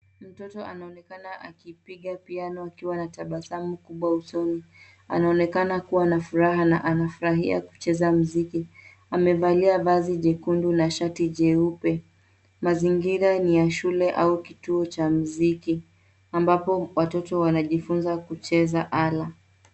Mtoto anaonekana akipiga piano akiwa na tabasamu kubwa usoni. Anaonekana kuwa na furaha na anafurahia kucheza mziki. Amevalia vazi jekundu na shati jeupe. Mazingira ni ya shule au kituo cha muziki ambapo watoto wanajifunza kucheza ala.